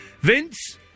Vince